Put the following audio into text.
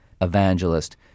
evangelist